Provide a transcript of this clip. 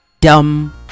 dumb